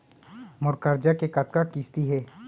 मोर करजा के कतका किस्ती हे?